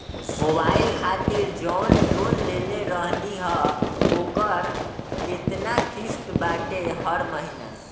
Mobile खातिर जाऊन loan लेले रहनी ह ओकर केतना किश्त बाटे हर महिना?